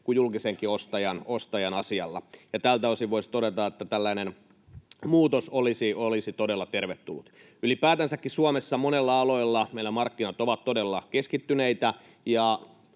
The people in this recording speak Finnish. kuin julkisenkin ostajan asialla. Tältä osin voisi todeta, että tällainen muutos olisi todella tervetullut. Ylipäätään Suomessa monilla aloilla markkinat ovat todella keskittyneitä,